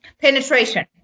penetration